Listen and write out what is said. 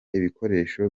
ibikoresho